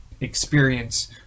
experience